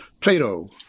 Plato